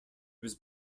was